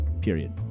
period